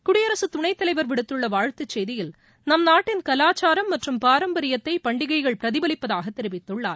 குடியரசுத் துணைத்தலைவர் விடுத்துள்ள வாழ்த்துச் செய்தியில் நம் நாட்டின் கலாச்சாரம் மற்றும் பாரம்பரியத்தை பண்டிகைகள் பிரதிபலிப்பதாக தெரிவித்துள்ளார்